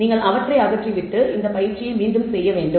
நீங்கள் அவற்றை அகற்றிவிட்டு இந்த பயிற்சியை மீண்டும் செய்ய வேண்டும்